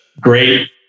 great